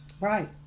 Right